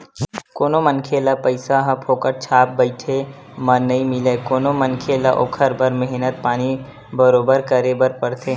कोनो मनखे ल पइसा ह फोकट छाप बइठे म नइ मिलय कोनो मनखे ल ओखर बर मेहनत पानी बरोबर करे बर परथे